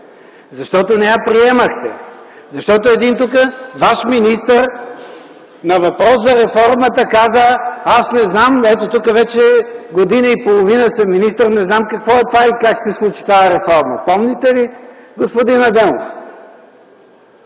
защото не я приемахте. Защото тук един ваш министър на въпрос за реформата каза: „Аз не знам. Ето вече година и половина съм министър, не знам какво е това и как ще се случи тази реформа.” Помните ли, господин Адемов?